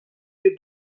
bir